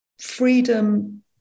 freedom